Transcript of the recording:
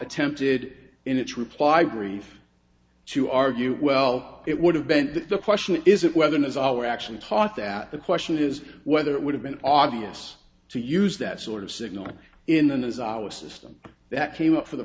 attempted it in its reply brief to argue well it would have been that the question isn't whether it is all we're actually taught that the question is whether it would have been obvious to use that sort of signal in the as our system that came up for the